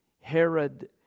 Herod